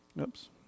oops